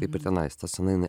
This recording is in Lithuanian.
taip ir tenais ta scena jinai